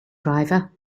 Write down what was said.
driver